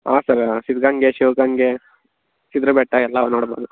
ಹಾಂ ಸರ್ ಸಿದ್ಧಗಂಗೆ ಶಿವಗಂಗೆ ಸಿದ್ರ ಬೆಟ್ಟ ಎಲ್ಲ ನೋಡ್ಬೋದು